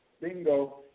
Bingo